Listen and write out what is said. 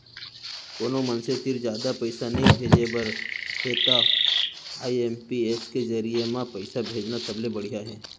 कोनो मनसे तीर जादा पइसा नइ भेजे बर हे तव आई.एम.पी.एस के जरिये म पइसा भेजना सबले बड़िहा हे